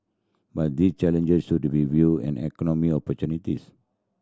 but these challenges should be viewed and economic opportunities